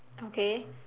okay